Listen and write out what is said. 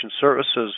Services